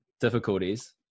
difficulties